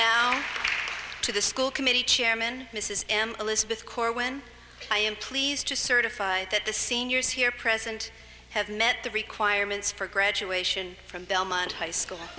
thanks to the school committee chairman mrs m elizabeth corwin i am pleased to certify that the seniors here present have met the requirements for graduation from belmont high school